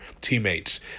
teammates